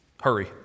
Hurry